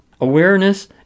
Awareness